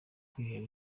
kwihera